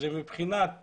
זה מבחינת